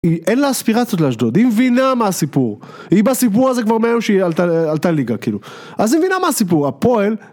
היא אין לה אספירציות לאשדוד, היא מבינה מה הסיפור, היא בסיפור הזה כבר מהיום שהיא עלתה ליגה כאילו, אז היא מבינה מה הסיפור, הפועל